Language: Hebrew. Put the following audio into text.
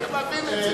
אתה צריך להבין את זה.